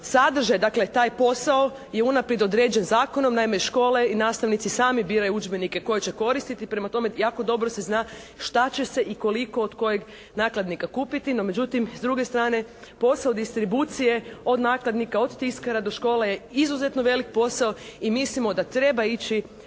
strane, dakle taj posao je unaprijed određen zakonom. Naime, škole i nastavnici sami biraju udžbenike koji će koristiti. Prema tome jako se dobro zna šta će se i koliko od kojeg nakladnika kupiti. Međutim s druge strane posao distribucije od nakladnika, od tiskara do škole je izuzetno velik posao i mislimo da treba ići